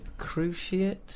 cruciate